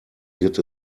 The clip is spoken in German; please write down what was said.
wird